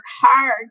hard